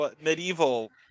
medieval